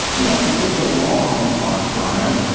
you know, if you take the long arc, brian,